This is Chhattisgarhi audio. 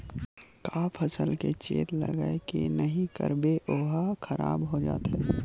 का फसल के चेत लगय के नहीं करबे ओहा खराब हो जाथे?